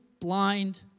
blind